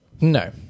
no